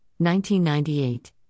1998